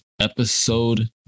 episode